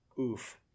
oof